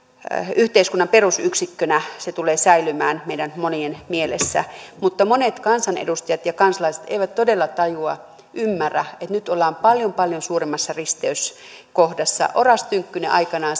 yhteiskunnan perusyksikkönä se tulee säilymään meidän monien mielessä mutta monet kansanedustajat ja kansalaiset eivät todella tajua ymmärrä että nyt ollaan paljon paljon suuremmassa risteyskohdassa oras tynkkynen aikanaan